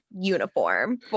uniform